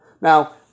Now